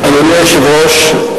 אדוני היושב-ראש,